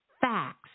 facts